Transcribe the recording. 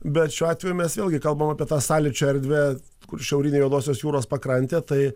bet šiuo atveju mes vėlgi kalbame apie tą sąlyčio erdvę kur šiaurinė juodosios jūros pakrantė tai